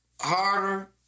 harder